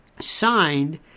signed